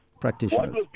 Practitioners